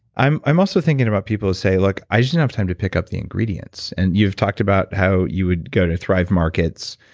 i'm i'm also thinking about people who say, look, i just don't have time to pick up the ingredients. and you've talked about how you would go to thrive markets.